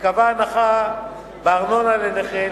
שקבעה הנחה בארנונה לנכה,